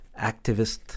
activist